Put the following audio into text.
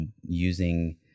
using